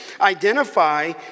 identify